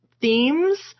themes